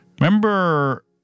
Remember